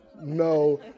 no